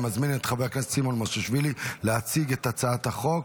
אני מזמין את חבר הכנסת סימון מושיאשוילי להציג את הצעת החוק.